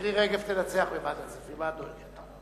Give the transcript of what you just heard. מירי רגב תנצח בוועדת הכספים, מה את דואגת.